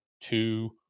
two